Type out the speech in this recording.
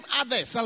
others